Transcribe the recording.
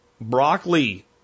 Broccoli